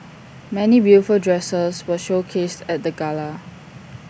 many beautiful dresses were showcased at the gala